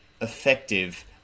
effective